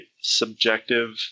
subjective